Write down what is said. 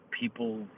people